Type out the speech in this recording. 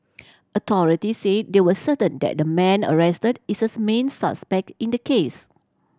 authority say they were certain that the man arrested is a main suspect in the case